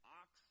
ox